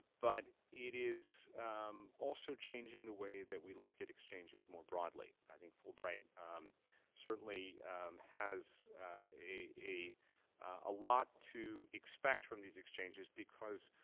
but it is also changing the way that we look at exchanges more broadly. i think fulbright certainly has a ah lot to expect from these exchanges because,